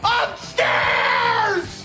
upstairs